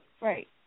right